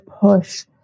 push